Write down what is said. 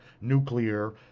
nuclear